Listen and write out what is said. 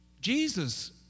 Jesus